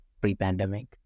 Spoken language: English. pre-pandemic